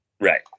Right